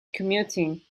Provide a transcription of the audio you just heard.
commuting